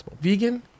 vegan